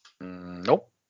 Nope